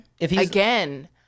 again